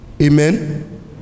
Amen